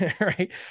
Right